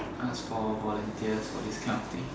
ask for volunteers for this kind of things